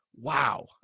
wow